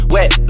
Wet